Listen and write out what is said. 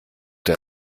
der